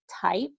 type